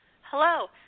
hello